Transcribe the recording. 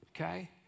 okay